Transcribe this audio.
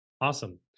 Awesome